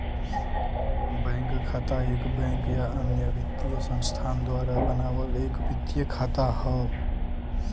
bank खाता एक bank या अन्य वित्तीय संस्थान द्वारा बनावल एक वित्तीय खाता हौ